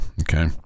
Okay